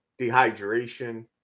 dehydration